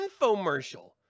infomercial